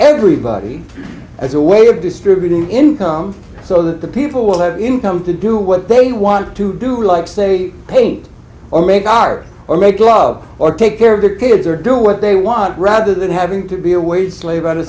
everybody as a way of distributing income so that the people will have income to do what they want to do like say paint or make art or make love or take care of their kids or do what they want rather than having to be a wage slave o